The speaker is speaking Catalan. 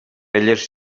elles